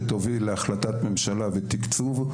שתוביל להחלטת ממשלה ותקצוב,